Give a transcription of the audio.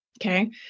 Okay